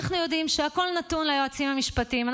לכן אנחנו יודעים שהכול נתון ליועצים המשפטיים.